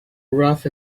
rough